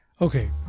Okay